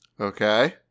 Okay